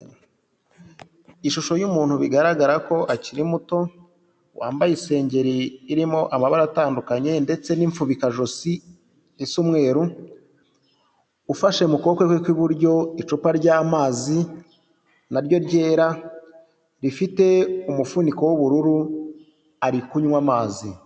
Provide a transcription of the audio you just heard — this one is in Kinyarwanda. Ishusho y'umuntu bigaragara ko akiri muto, wambaye isengeri irimo amabara atandukanye ndetse n'imfubikajosi isa umweru, ufashe mu kuboko kwe kw'iburyo icupa ry'amazi, na ryo ryera, rifite umufuniko w'ubururu ari kunywa amazi.